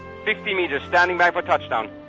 fifteen metres. standing by for touchdown.